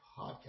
podcast